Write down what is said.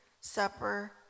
supper